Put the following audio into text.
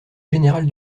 général